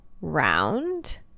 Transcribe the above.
round